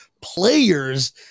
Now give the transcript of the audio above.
players